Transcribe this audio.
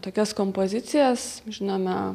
tokias kompozicijas žinome